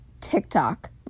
TikTok